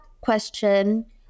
question